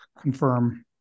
confirm